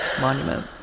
monument